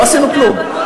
לא עשינו כלום.